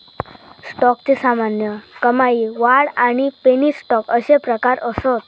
स्टॉकचे सामान्य, कमाई, वाढ आणि पेनी स्टॉक अशे प्रकार असत